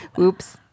Oops